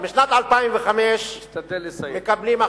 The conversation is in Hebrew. תשתדל לסיים.